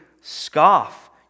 scoff